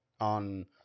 on